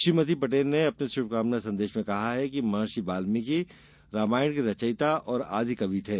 श्रीमती पटेल ने अपने शुभकामना संदेश में कहा कि महर्षि वाल्मीकि रामायण के रचियता और आदिकवि थे